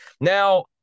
Now